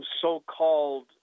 so-called